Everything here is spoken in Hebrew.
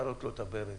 להראות לו את הברז,